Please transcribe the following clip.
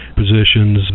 positions